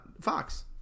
Fox